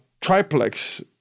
triplex